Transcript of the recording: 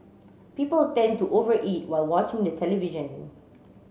people tend to over eat while watching the television